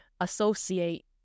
associate